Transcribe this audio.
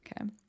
okay